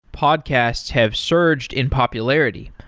podcasts have surged in popularity,